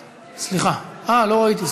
סליחה, לא ראיתי.